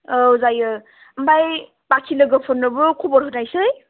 औ जायो ओमफ्राय बाखि लोगोफोरनोबो खबर होनोसै